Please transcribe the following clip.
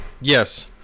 Yes